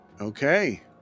Okay